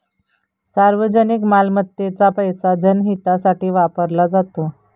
सार्वजनिक मालमत्तेचा पैसा जनहितासाठी वापरला जातो